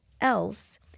Else